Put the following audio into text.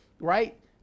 right